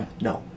No